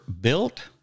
built